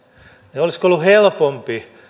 niin olisiko ollut helpompi